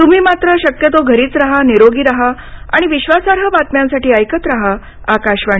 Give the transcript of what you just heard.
तुम्ही मात्र शक्यतो घरीच रहा निरोगी रहा आणि विश्वासार्ह बातम्यांसाठी ऐकत राहा आकाशवाणी